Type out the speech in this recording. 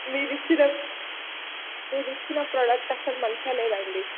మీరు ఇచ్చిన మీరు ఇచ్చిన ప్రాడక్ట్ అసలు మంచిగా లేదండి